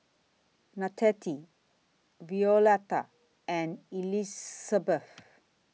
Nanette Violetta and Elisabeth